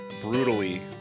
brutally